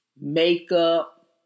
makeup